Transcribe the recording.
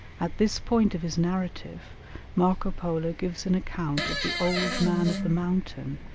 at this point of his narrative marco polo gives an account of the old man of the mountain,